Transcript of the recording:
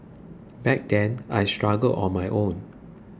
back then I struggled on my own